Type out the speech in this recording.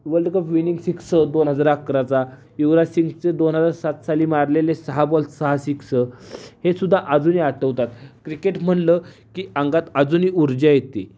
world cup winning six दोन हजार अकराचा युवराज सिंगचे दोन हजार सात साली मारलेले सहा बॉल सहा सिक्स हेसुद्धा अजूनही आठवतात क्रिकेट म्हणलं की अंगात अजूनी ऊर्जा येते